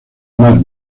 mar